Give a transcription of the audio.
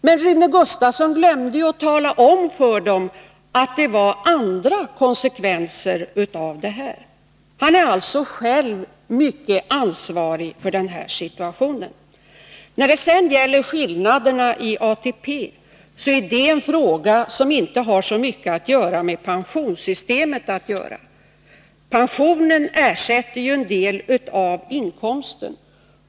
Men Rune Gustavsson glömde att redogöra för andra konsekvenser i det sammanhanget. Han är alltså själv i hög grad ansvarig för den uppkomna situationen. När det sedan gäller skillnaderna i fråga om ATP så är det en sak som inte har särskilt mycket med pensionssystemet att göra. Pensionen ersätter ju en del av inkomsten.